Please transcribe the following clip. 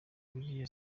buriya